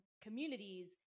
communities